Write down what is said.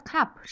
Cup